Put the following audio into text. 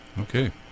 Okay